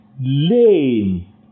lame